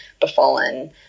befallen